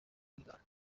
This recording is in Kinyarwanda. rwirangira